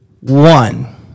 One